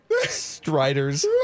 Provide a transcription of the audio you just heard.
Striders